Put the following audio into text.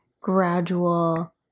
gradual